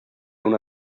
una